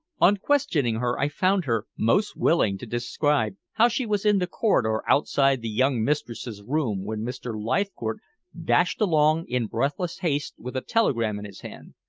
on questioning her, i found her most willing to describe how she was in the corridor outside the young mistress's room when mr. leithcourt dashed along in breathless haste with the telegram in his hand.